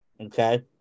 Okay